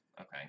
Okay